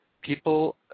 People